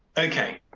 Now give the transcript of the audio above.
ok,